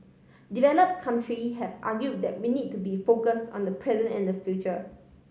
develop country have argue that we need to be focus on the present and the future